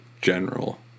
general